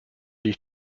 liegt